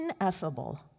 ineffable